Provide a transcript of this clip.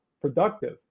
productive